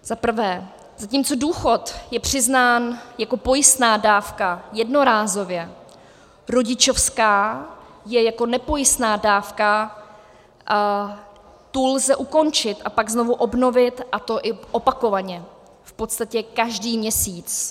Za prvé, zatímco důchod je přiznán jako pojistná dávka jednorázově, rodičovská je jako nepojistná dávka a tu lze ukončit a pak znovu obnovit, a to i opakovaně, v podstatě každý měsíc.